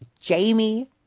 jamie